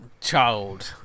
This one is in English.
child